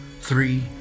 three